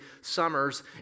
summers